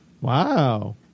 Wow